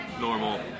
normal